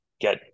get